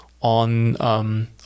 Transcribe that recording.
on